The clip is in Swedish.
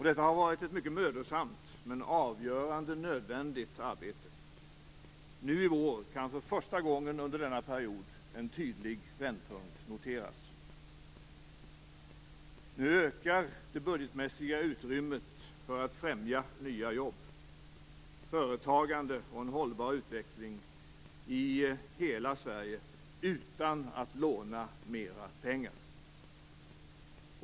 Detta har varit ett mycket mödosamt men avgörande och nödvändigt arbete. Nu i vår kan för första gången under denna period en tydlig vändpunkt noteras. Nu ökar det budgetmässiga utrymmet för att främja nya jobb, företagande och en hållbar utveckling i hela Sverige utan att vi lånar mer pengar.